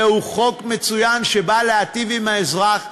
זהו חוק מצוין שבא להיטיב עם האזרח.